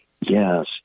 Yes